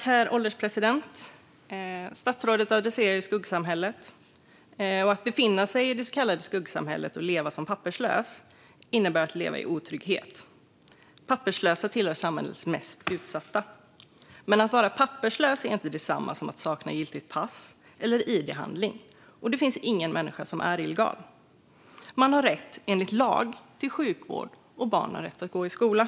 Herr ålderspresident! Statsrådet adresserar skuggsamhället. Att befinna sig i det så kallade skuggsamhället och leva som papperslös innebär att leva i otrygghet. Papperslösa tillhör samhällets mest utsatta. Men att vara papperslös är inte detsamma som att sakna giltigt pass eller id-handling. Ingen människa är illegal. Man har enligt lag rätt till sjukvård, och barnen har rätt att gå i skola.